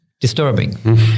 disturbing